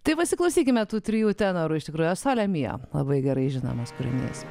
tai pasiklausykime tų trijų tenorų iš tikrųjų o sole mio labai gerai žinomas kūrinys